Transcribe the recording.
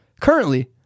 currently